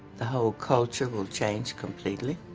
the whole culture will change completely.